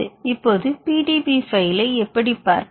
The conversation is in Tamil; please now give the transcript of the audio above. இப்போது PDB பைலை எப்படிப் பார்ப்பது